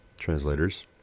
translators